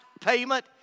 payment